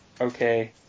Okay